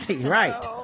Right